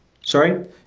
Sorry